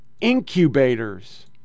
incubators